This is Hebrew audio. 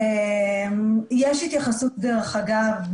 רגע,